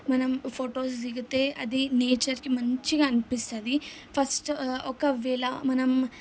మనం ఫోటోస్ దిగితే అది నేచర్కి మంచిగా అనిపిస్తుంది ఫస్ట్ ఒకవేళ మనం